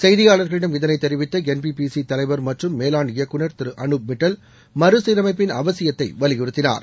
செய்தியாளர்களிடம் இதனை தெரிவித்த என்பிசிசி தலைவர் மற்றும் மேலாண் இயக்குநர் திரு அனுப் மிட்டல் மறு சீரமைப்பின் அவசியத்தை வலியுறுத்தினார்